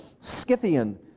Scythian